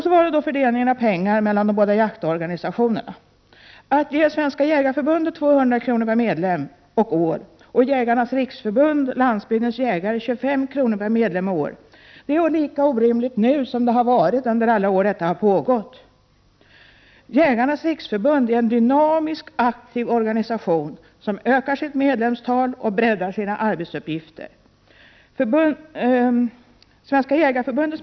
Så var det då fördelningen av pengar mellan de båda jaktorganisationerna. Att ge Svenska jägareförbundet 200 kr. per medlem och år och Jägarnas riksförbund-landsbygdens jägare 25 kr. per medlem och år är lika orimligt nu som det har varit under alla år detta har pågått. Jägarnas riksförbund är en dynamisk, aktiv organisation som ökar sitt medlemstal och breddar sina arbetsuppgifter.